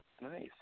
Nice